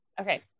okay